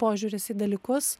požiūris į dalykus